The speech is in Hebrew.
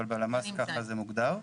אבל בלמ"ס ככה זה מוגדר.